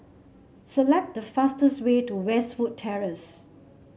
select the fastest way to Westwood Terrace